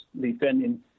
Defending